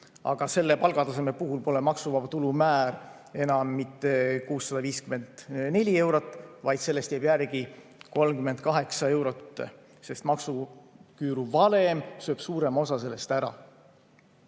aga selle palgataseme puhul pole maksuvaba tulu määr mitte enam 654 eurot, vaid sellest jääb järele 38 eurot, sest maksuküüru valem sööb suurema osa sellest ära.